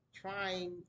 trying